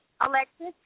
Alexis